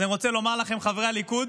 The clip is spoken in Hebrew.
אז אני רוצה לומר לכם, חברי הליכוד: